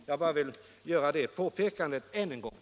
Jag vill än en gång göra detta konstaterande.